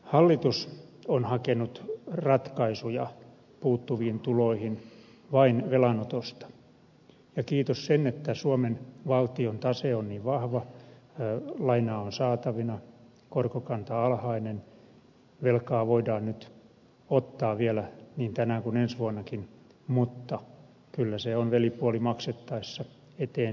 hallitus on hakenut ratkaisuja puuttuviin tuloihin vain velanotosta ja kiitos sen että suomen valtion tase on niin vahva lainaa on saatavina korkokanta on alhainen velkaa voidaan nyt ottaa vielä niin tänä kuin ensi vuonnakin mutta kyllä se on velipuoli maksettaessa eteen se tulee